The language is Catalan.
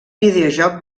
videojoc